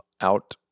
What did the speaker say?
out